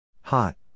Hot